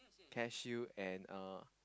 care shield and uh